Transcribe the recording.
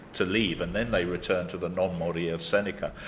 to leave. and then they return to the non morir, seneca',